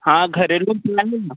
हाँ घरेलू उपाय है ना